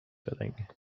filling